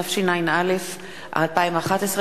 התשע”א 2011,